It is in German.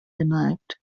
geneigt